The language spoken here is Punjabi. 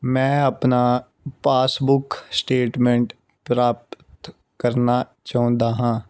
ਮੈਂ ਆਪਣਾ ਪਾਸਬੁੱਕ ਸਟੇਟਮੈਂਟ ਪ੍ਰਾਪਤ ਕਰਨਾ ਚਾਹੁੰਦਾ ਹਾਂ